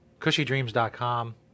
cushydreams.com